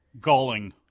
galling